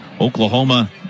Oklahoma